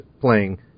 playing